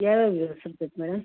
ಯಾವ್ಯಾವ subject madam